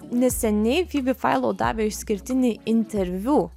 neseniai fibi failau davė išskirtinį interviu